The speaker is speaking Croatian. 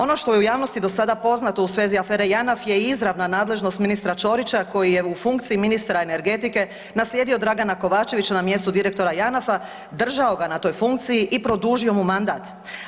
Ono što je u javnosti do sada poznato u svezi afere JANAF je izravna nadležnost ministra Ćorića koji je u funkciji ministra energetike naslijedio Dragana Kovačevića na mjestu direktora JANAF-a, držao ga na toj funkciji i produžio mu mandat.